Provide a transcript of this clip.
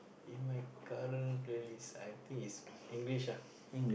in my current playlist I think is English ah